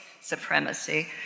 supremacy